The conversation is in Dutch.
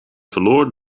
verloor